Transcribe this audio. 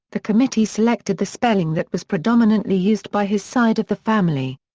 the committee selected the spelling that was predominantly used by his side of the family.